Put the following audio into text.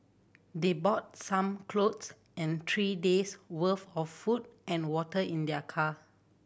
they bought some clothes and three day's worth of food and water in their car